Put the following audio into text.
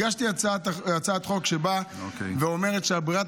הגשתי הצעת חוק שבאה ואומרת שברירת